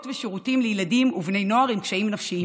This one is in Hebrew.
ושירותים לילדים ובני נוער עם קשיים נפשיים,